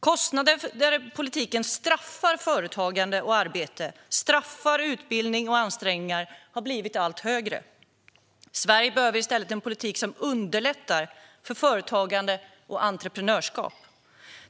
Kostnader för när politiken straffar företagande och arbete, utbildning och ansträngningar har blivit allt högre. Sverige behöver i stället en politik som underlättar för företagande och entreprenörskap.